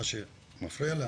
מה שמפריע לנו,